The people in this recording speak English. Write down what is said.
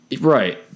Right